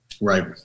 Right